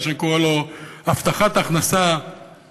מה שאני קורא לו "הבטחת הכנסה הפוכה",